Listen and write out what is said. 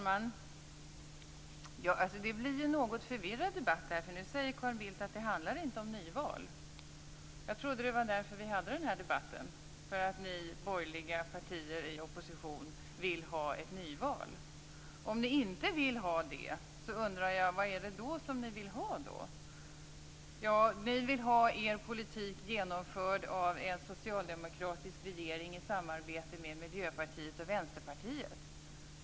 Fru talman! Det blir en något förvirrad debatt. Nu säger Carl Bildt att det inte handlar om nyval. Jag trodde att vi hade debatten för att ni borgerliga partier i opposition ville ha ett nyval. Om ni inte vill ha det, vad vill ni då ha? Ni vill ha er politik genomförd av en socialdemokratisk regering i samarbete med Miljöpartiet och Vänsterpartiet.